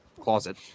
closet